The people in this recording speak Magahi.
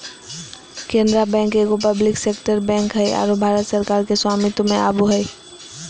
केनरा बैंक एगो पब्लिक सेक्टर बैंक हइ आरो भारत सरकार के स्वामित्व में आवो हइ